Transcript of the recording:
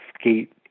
skate